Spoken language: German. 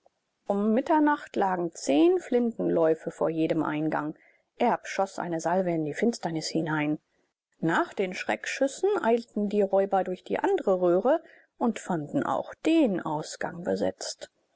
um mitternacht lagen zehn flintenläufe vor jedem eingang erb schoß eine salve in die finsternis hinein nach den schreckschüssen eilten die räuber durch die andre röhre und fanden auch den ausgang besetzt